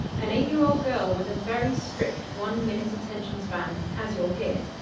an eight-year-old girl with a very strict one-minute attention span, as you'll hear.